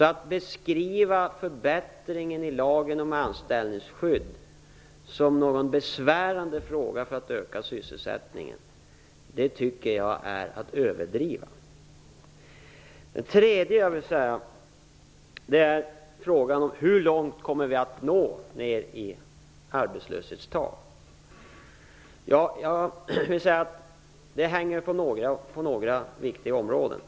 Att beskriva förbättringen i lagen om anställningsskydd som en besvärande åtgärd för att öka sysselsättningen är att överdriva, tycker jag. Jag vill också ta upp frågan om hur låga arbetslöshetstal vi kommer att nå. Det hänger på några viktiga saker.